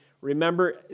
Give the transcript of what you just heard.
remember